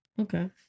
Okay